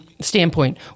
standpoint